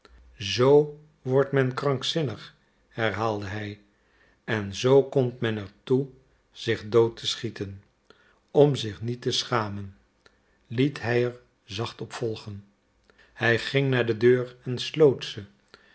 zoo wordt men krankzinnig herhaalde hij en zoo komt men er toe zich dood te schieten om zich niet te schamen liet hij er zacht op volgen hij ging naar de deur en sloot